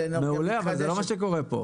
נכון, אבל זה לא מה שקורה כאן.